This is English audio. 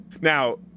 now